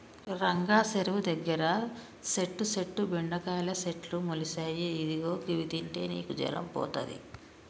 రంగా సెరువు దగ్గర సెట్టు సుట్టు బెండకాయల సెట్లు మొలిసాయి ఇదిగో గివి తింటే నీకు జరం పోతది